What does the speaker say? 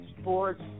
sports